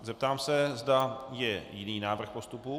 Zeptám se, za je jiný návrh postupu.